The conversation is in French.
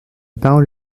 parole